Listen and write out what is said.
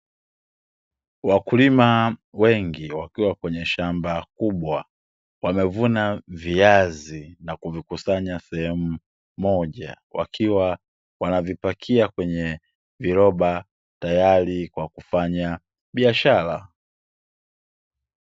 Wakulima wengi wakiwa kwenye shamba kubwa, wamevuna viazi na kuvi kusanya sehemu moja. Wakiwa wanavipakia kwenye viroba, tayari kwa kufanya biashara.